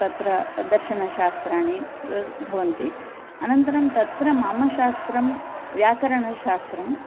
तत्र दर्शनशास्त्राणि भवन्ति अनन्तरं तत्र मम शास्त्रं व्याकरणशास्त्रम्